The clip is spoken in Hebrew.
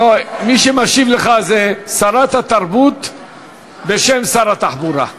מי שמשיב לך זו שרת התרבות בשם שר התחבורה.